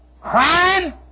Crime